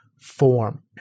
form